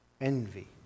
envy